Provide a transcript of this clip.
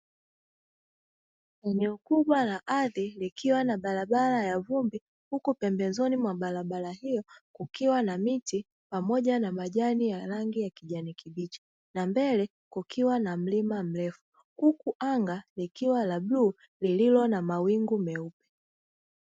Eneo kubwa la ardhi likiwa na barabara ya vumbi, huku pembezoni mwa barabara hiyo kukiwa na miti pamoja na majani ya rangi ya kijani kibichi, na mbele kukiwa na mlima mrefu, huku anga likiwa la bluu lililo na mawingu meupe.